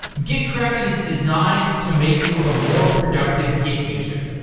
gitkraken is designed to make you a more productive git user.